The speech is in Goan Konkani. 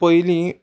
पयलीं